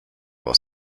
was